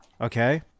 Okay